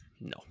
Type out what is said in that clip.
No